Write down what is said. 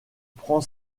prend